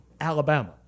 Alabama